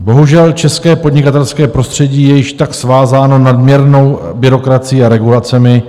Bohužel, české podnikatelské prostředí je již tak svázáno nadměrnou byrokracií a regulacemi,